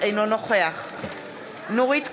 אינו נוכח נורית קורן,